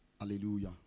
Hallelujah